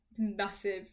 Massive